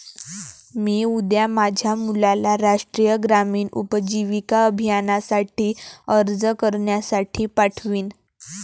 मी उद्या माझ्या मुलाला राष्ट्रीय ग्रामीण उपजीविका अभियानासाठी अर्ज करण्यासाठी पाठवीन